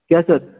क्या सर